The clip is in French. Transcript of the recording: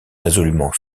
résolument